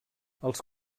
els